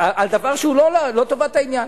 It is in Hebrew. על דבר שהוא לא טובת העניין.